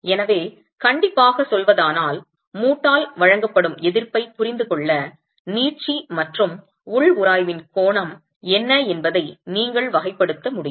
எனவே கண்டிப்பாகச் சொல்வதானால் மூட்டு ஆல் வழங்கப்படும் எதிர்ப்பைப் புரிந்து கொள்ள நீட்சி மற்றும் உள் உராய்வின் கோணம் என்ன என்பதை நீங்கள் வகைப்படுத்த முடியும்